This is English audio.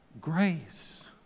Grace